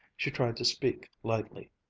she tried to speak lightly.